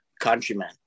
countrymen